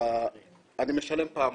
--- אני משלם פעמיים.